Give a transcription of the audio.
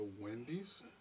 Wendy's